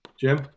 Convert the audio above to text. Jim